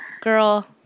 Girl